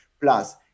Plus